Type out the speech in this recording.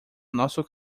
nosso